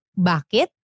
bakit